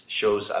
shows